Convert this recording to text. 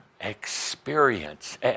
experience